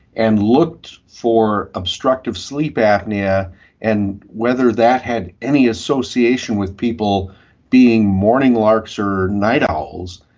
and looked for obstructive sleep apnoea and whether that had any association with people being morning larks or night owls,